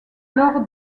lors